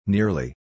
Nearly